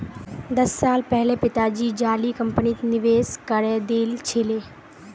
दस साल पहले पिताजी जाली कंपनीत निवेश करे दिल छिले